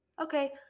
Okay